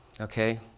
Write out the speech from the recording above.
Okay